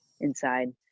inside